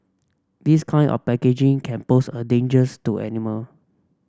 this kind of packaging can pose a dangers to animal